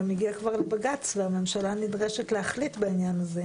גם הגיעה כבר לבג"ץ והממשלה נדרשת להחליט בעניין הזה.